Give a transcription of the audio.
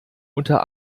unter